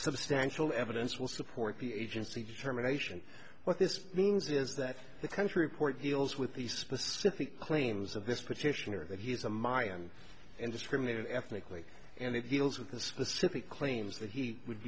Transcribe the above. substantial evidence will support the agency determination what this means is that the country port deals with the specific claims of this petitioner that he is a miami and discriminated ethnically and they deal with the specific claims that he would